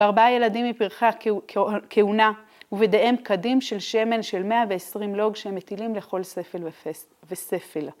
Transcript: ארבעה ילדים מפרחי כהונה ובידיהם כדים של שמן של 120 לוג שהם מטילים לכל ספל וספל.